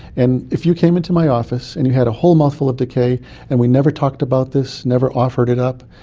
and if you came into my office and you had a whole mouthful of decay and we never talked about this, never offered it up,